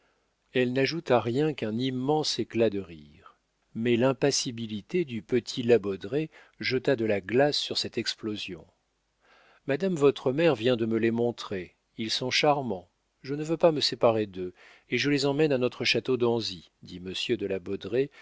elle n'ajouta rien qu'un immense éclat de rire mais l'impassibilité du petit la baudraye jeta de la glace sur cette explosion madame votre mère vient de me les montrer ils sont charmants je ne veux pas me séparer d'eux et je les emmène à notre château d'anzy dit monsieur de la